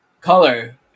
Color